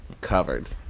Covered